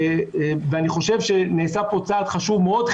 אני חושב שנעשה פה צעד חשוב מאוד.